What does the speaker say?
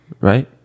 right